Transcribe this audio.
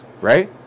right